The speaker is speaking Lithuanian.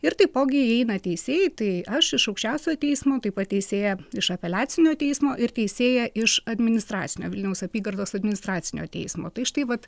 ir taipogi įeina teisėjai tai aš iš aukščiausiojo teismo taip pat teisėja iš apeliacinio teismo ir teisėja iš administracinio vilniaus apygardos administracinio teismo tai štai vat